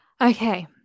Okay